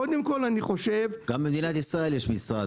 קודם כל אני חושב --- גם למדינת ישראל יש משרד,